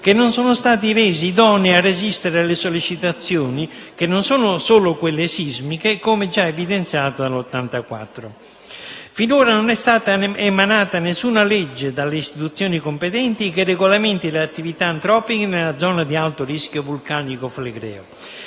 che non sono stati resi idonei a resistere alle sollecitazioni, che non sono solo quelle sismiche, come già evidenziato nel 1984. Finora non è stata emanata alcuna norma dalle istituzioni competenti che regolamenti l'attività antropica nella zona ad alto rischio vulcanico flegreo.